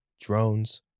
drones